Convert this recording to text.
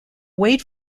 weight